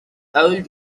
old